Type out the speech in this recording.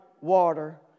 water